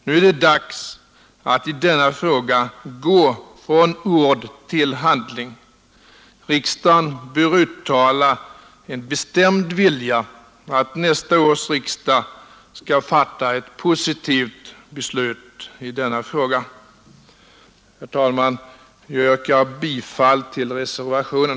Nu är det dags att i denna fråga gå från ord till handling. Riksdagen bör uttala en bestämd vilja att nästa års riksdag skall fatta ett positivt beslut i denna fråga. Herr talman! Jag ber att få yrka bifall till reservationen.